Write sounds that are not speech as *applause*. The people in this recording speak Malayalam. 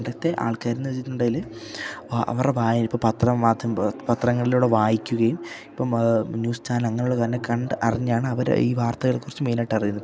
പണ്ടത്തെ ആൾക്കാരെന്ന് വെച്ചിട്ടുണ്ടെങ്കില് അവരുടെ *unintelligible* ഇപ്പോള് പത്രം പത്രങ്ങളിലൂടെ വായിക്കുകയും ഇപ്പം ന്യൂസ് ചാനൽ അങ്ങനെയുള്ള കാര്യങ്ങൾ കണ്ടറിഞ്ഞാണ് അവര് ഈ വാർത്തകളെക്കുറിച്ച് മെയിനായിട്ട് അറിയുന്നത്